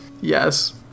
Yes